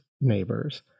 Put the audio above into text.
neighbors